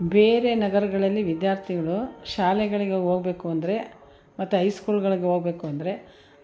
ಬೇರೆ ನಗರಗಳಲ್ಲಿ ವಿದ್ಯಾರ್ಥಿಗಳು ಶಾಲೆಗಳಿಗೆ ಹೋಗ್ಬೇಕು ಅಂದರೆ ಮತ್ತು ಹೈಸ್ಕೂಲ್ಗಳ್ಗೆ ಹೋಗ್ಬೇಕು ಅಂದರೆ